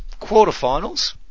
quarterfinals